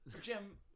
jim